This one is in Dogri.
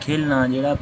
खेलां जेह्ड़ा